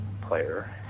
player